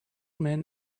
man